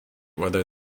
whether